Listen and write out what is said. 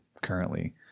currently